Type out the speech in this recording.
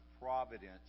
providence